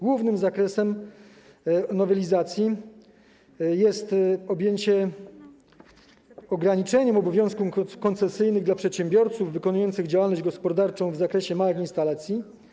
Głównym celem nowelizacji jest ograniczenie obowiązków koncesyjnych dla przedsiębiorców wykonujących działalność gospodarczą w zakresie małych instalacji.